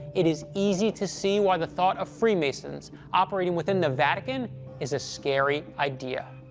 it is easy to see why the thought of freemasons operating within the vatican is a scary idea.